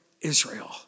Israel